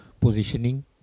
positioning